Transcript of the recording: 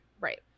Right